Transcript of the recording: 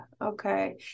Okay